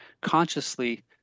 consciously